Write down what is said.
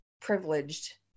privileged